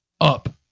up